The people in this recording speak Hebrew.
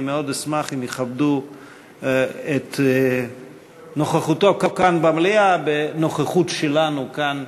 אני מאוד אשמח אם יכבדו את נוכחותו כאן במליאה בנוכחות שלנו כאן,